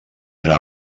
era